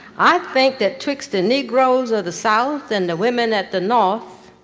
i think that twixt the negroes of the south and the women at the north,